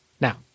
Now